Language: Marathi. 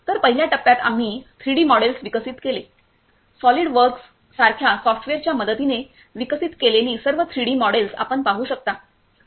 तर पहिल्या टप्प्यात आम्ही थ्रीडी मॉडेल्स विकसित केले सॉलिड वर्क्स सारख्या सॉफ्टवेयर च्या मदतीने विकसित केलेली सर्व थ्रीडी मॉडेल्स आपण पाहू शकता